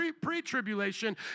pre-tribulation